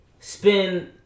Spend